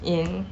in